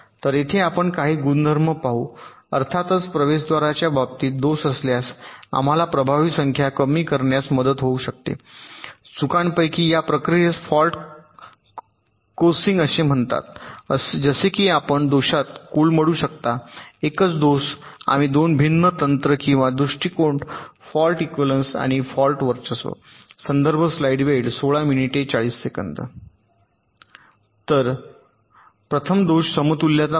तर येथे आपण काही गुणधर्म पाहू अर्थातच प्रवेशद्वारांच्या बाबतीत दोष असल्यास आम्हाला प्रभावी संख्या कमी करण्यात मदत होऊ शकते चुकांपैकी या प्रक्रियेस फॉल्ट कोसिंग असे म्हणतात जसे की आपण दोषात कोलमडू शकता एकच दोष आम्ही 2 भिन्न तंत्र किंवा दृष्टिकोन फॉल्ट इक्वलन्स आणि फॉल्ट वर्चस्व प्रथम दोष समतुल्यता पाहू